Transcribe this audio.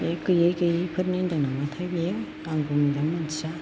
बे गैयै गैयैफोरनि होन्दों नामाथाय बियो आंबो मोजाङै मिथिया